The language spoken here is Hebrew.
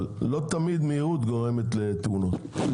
אבל לא תמיד מהירות גורמת לתאונות.